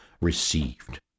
received